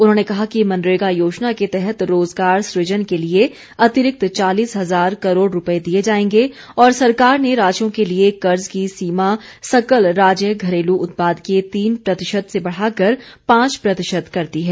उन्होंने कहा कि मनरेगा योजना के तहत रोजगार सुजन के लिए अतिरिक्त चालीस हजार करोड़ रुपये दिए जाएंगे और सरकार ने राज्यों के लिए कर्ज की सीमा सकल राज्य घरेलू उत्पाद के तीन प्रतिशत से बढाकर पांच प्रतिशत कर दी है